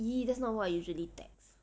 !ee! that's now what I usually text